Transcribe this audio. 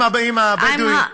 עם הבדואים.